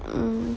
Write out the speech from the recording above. mm